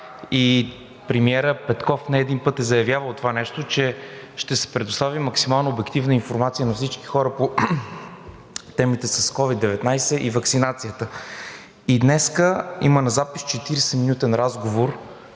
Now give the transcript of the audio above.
И премиерът Петков не един път е заявявал, че ще се предоставя максимално обективна информация на всички хора по темите с COVID-19 и ваксинацията. И днес има на запис 40-минутен разговор